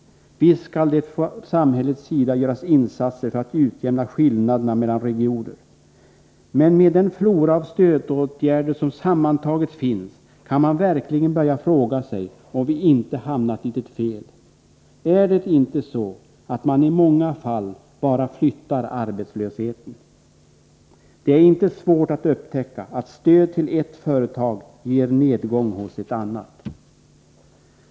Visst skall det från samhällets sida göras insatser för att utjämna skillnaderna mellan regioner! Men med den flora av stödåtgärder som sammantaget finns kan man verkligen börja fråga sig om vi inte hamnat litet fel. Är det inte så att man i många fall bara flyttar arbetslösheten? Det är inte svårt att upptäcka att stöd till ett företag ger nedgång hos ett annat.